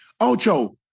Ocho